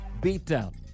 beatdown